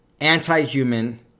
anti-human